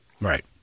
Right